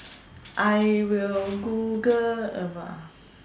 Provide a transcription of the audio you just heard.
I will google about